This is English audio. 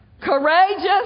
courageous